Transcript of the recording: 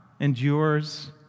endures